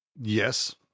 yes